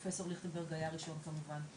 פרופ' ליכטנברג היה הראשון כמובן,